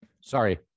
Sorry